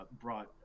brought